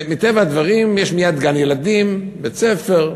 מטבע הדברים יש מייד גן-ילדים, בית-ספר.